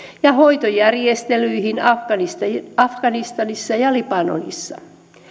ja hoitojärjestelyihin afganistanissa afganistanissa ja ja libanonissa